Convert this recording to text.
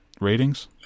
Ratings